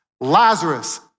Lazarus